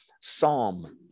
psalm